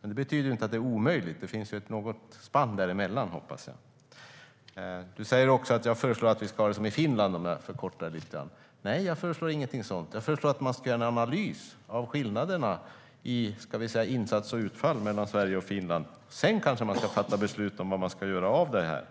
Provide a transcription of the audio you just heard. men det betyder inte att det är omöjligt. Det finns ett spann däremellan. Finn Bengtsson säger att jag föreslår att vi ska ha det som i Finland. Nej, jag föreslår inte det. Jag föreslår att vi ska göra en analys av skillnaderna i insats och utfall mellan Sverige och Finland. Sedan kan vi kanske fatta beslut om vad vi ska göra av det.